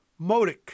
Modic